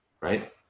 right